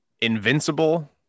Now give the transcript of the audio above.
invincible